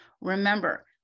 Remember